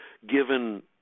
given